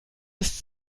ist